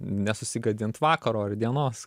nesusigadint vakaro ar dienos